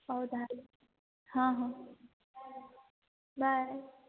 ହଉ ତା'ହେଲେ ହଁ ହଁ ବାଏ ବାଏ